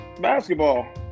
basketball